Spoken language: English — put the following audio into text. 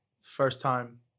first-time